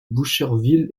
boucherville